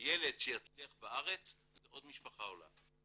ילד שיצליח בארץ, זה עוד משפחה עולה.